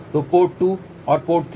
तो पोर्ट 2 और पोर्ट 3